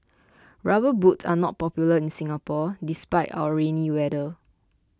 rubber boots are not popular in Singapore despite our rainy weather